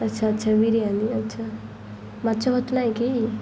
ଆଚ୍ଛା ଆଚ୍ଛା ବିରିୟାନୀ ଆଚ୍ଛା ମାଛ ଭାତ ନାହିଁ କି